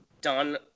done